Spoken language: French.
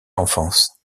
enfance